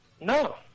No